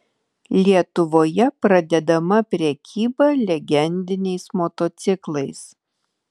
lietuvoje pradedama prekyba legendiniais motociklais